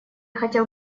хотел